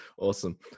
awesome